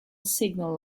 signal